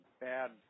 bad